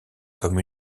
comme